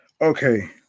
okay